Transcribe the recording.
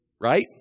Right